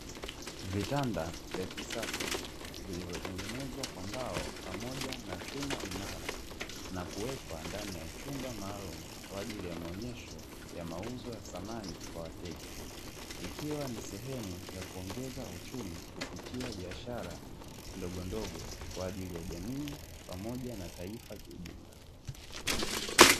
Vitanda vya kisasa vilivyotengenezwa kwa mbao pamoja na chuma imara na kuwekwa ndani ya chumba maalumu kwa ajili ya maonyesho ya mauzo ya samani kwa wateja. Ikiwa ni sehemu ya kuongeza uchumi kupitia biashara ndogondogo kwa ajili ya jamii pamoja na taifa kiujumla.